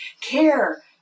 care